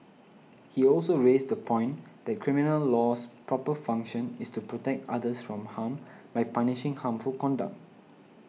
he also raised the point that criminal law's proper function is to protect others from harm by punishing harmful conduct